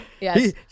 yes